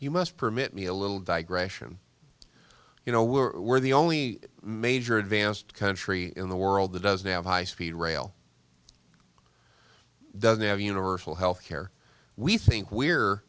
you must permit me a little digression you know we're the only major advanced country in the world that doesn't have high speed rail doesn't have universal health care we think we're